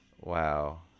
Wow